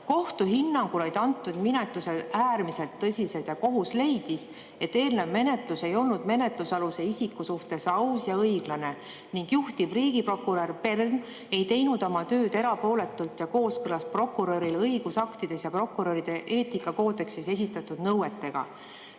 Kohtu hinnangul olid antud minetused äärmiselt tõsised ja kohus leidis, et eelnev menetlus ei olnud menetlusaluse isiku suhtes aus ja õiglane ning juhtiv riigiprokurör Pern ei teinud oma tööd erapooletult ning kooskõlas prokurörile õigusaktides ja prokuröride eetikakoodeksis esitatud nõuetega.